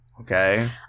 okay